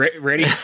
ready